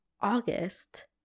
august